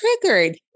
triggered